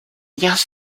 just